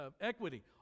equity